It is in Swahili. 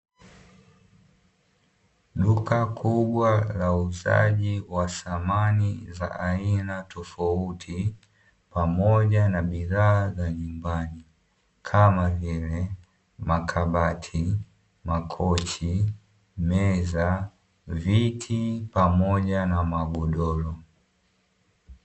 Duka kubwa la uuzaji wa samani za aina tofauti pamoja na bidhaa za nyumbani kama vile; makabati,, makochi, meza, viti pamoja na magodoro.